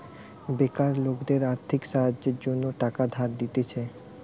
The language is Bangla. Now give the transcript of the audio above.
বেকার লোকদের আর্থিক সাহায্যের জন্য টাকা ধার দিতেছে